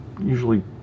usually